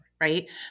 right